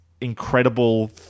incredible